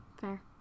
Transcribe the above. Fair